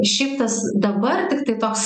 šiaip tas dabar tiktai toks